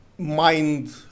mind